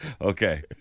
Okay